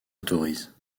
autorise